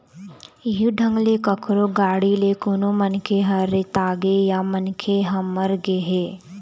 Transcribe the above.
इहीं ढंग ले कखरो गाड़ी ले कोनो मनखे ह रेतागे या मनखे ह मर हर गे